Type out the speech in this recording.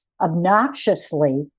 obnoxiously